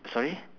sorry